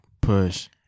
push